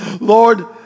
Lord